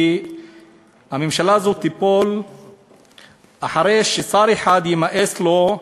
כי הממשלה הזאת תיפול אחרי ששר אחד יימאס לו